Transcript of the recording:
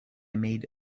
made